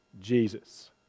Jesus